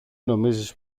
νομίζεις